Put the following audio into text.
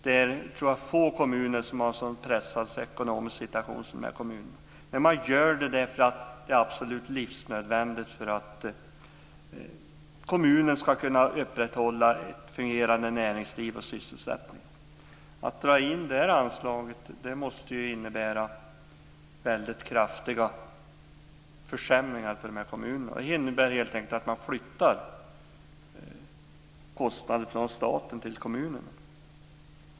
Jag tror att få kommuner har en lika pressad situation. Man gör dock så därför det är absolut livsnödvändigt för att kommunen ska kunna upprätthålla ett fungerande näringsliv och även sysselsättningen. Att dra in det anslaget måste alltså innebära väldigt kraftiga försämringar för de här kommunerna. Det innebär helt enkelt att kostnader flyttas från staten till kommunerna.